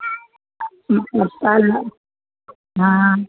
मतलब काज हइ हँ